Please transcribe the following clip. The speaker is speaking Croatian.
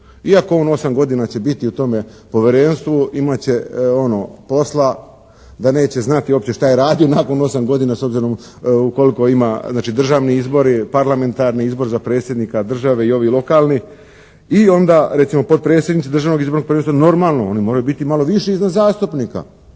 iako on 8 godina će biti u tome povjerenstvu, imati će posla da neće znati šta je radio nakon 8 godina s obzirom koliko ima, znači državni izbori, parlamentarni izbori, za predsjednika države i ovi lokalni i onda recimo potpredsjednici Državnog izbornog povjerenstva normalno oni moraju biti malo viši iza zastupnika,